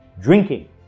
drinking